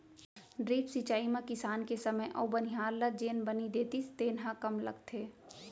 drip सिंचई म किसान के समे अउ बनिहार ल जेन बनी देतिस तेन ह कम लगथे